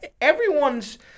Everyone's